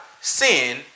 sin